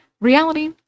Reality